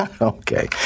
Okay